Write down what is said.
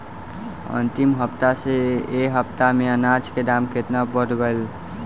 अंतिम हफ्ता से ए हफ्ता मे अनाज के दाम केतना बढ़ गएल?